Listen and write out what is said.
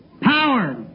power